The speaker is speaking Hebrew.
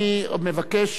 אני מבקש,